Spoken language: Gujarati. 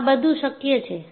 આ બધુ શક્ય છે